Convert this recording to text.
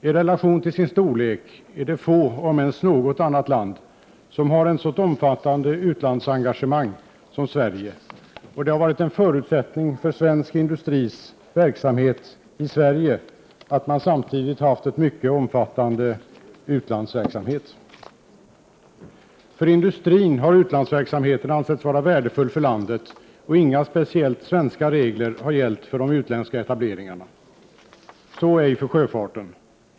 I relation till sin storlek är det få länder, om ens något annat land, som har ett så omfattande utlandsengagemang som Sverige, och det har varit en förutsättning för svensk industris verksamhet i Sverige att man samtidigt har haft en mycket omfattande utlandsverksamhet. För industrin har utlandsverksamheten ansetts vara värdefull för landet, och inga speciella svenska regler har gällt för de utländska etableringarna. Så är det ej för sjöfarten.